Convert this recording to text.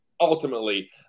ultimately